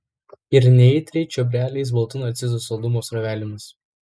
ir neaitriai čiobreliais baltų narcizų saldumo srovelėmis